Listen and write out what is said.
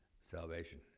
salvation